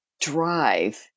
drive